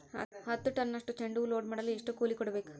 ಹತ್ತು ಟನ್ನಷ್ಟು ಚೆಂಡುಹೂ ಲೋಡ್ ಮಾಡಲು ಎಷ್ಟು ಕೂಲಿ ಕೊಡಬೇಕು?